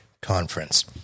conference